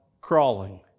crawling